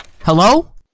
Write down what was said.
Hello